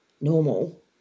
normal